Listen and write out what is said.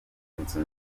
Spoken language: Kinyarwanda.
inzu